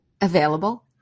available